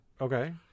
Okay